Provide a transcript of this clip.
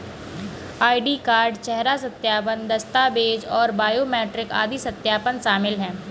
ID card, चेहरा सत्यापन, दस्तावेज़ और बायोमेट्रिक आदि सत्यापन शामिल हैं